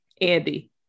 Andy